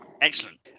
excellent